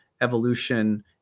evolution